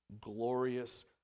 glorious